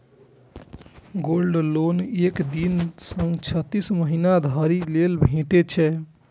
gold loan एक दिन सं छत्तीस महीना धरि लेल भेटै छै